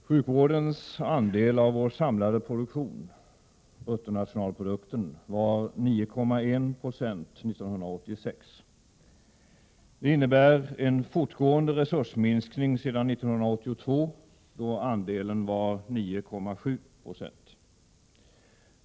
Herr talman! Sjukvårdens andel av vår samlade produktion, bruttonationalprodukten, var 9,1 20 år 1986. Det innebär en fortgående resursminskning sedan 1982, då andelen var 9,7 I.